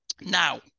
now